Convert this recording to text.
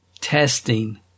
testing